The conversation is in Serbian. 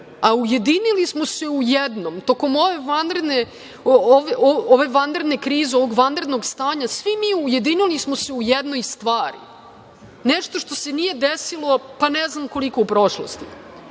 a ujedinili smo se u jednom tokom ove vanredne krize, ovog vanrednog stanja, svi mi ujedinili smo se u jednoj stvari, nešto što se nije desilo ne znam koliko u prošlosti,